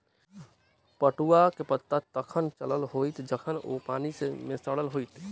पटुआक पता तखन चलल होयत जखन ओ पानि मे सड़ल होयत